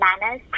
manners